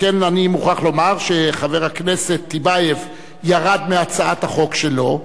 שכן אני מוכרח לומר שחבר הכנסת טיבייב ירד מהצעת החוק שלו,